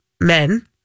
men